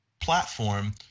Platform